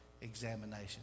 Examination